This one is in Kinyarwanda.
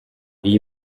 iyi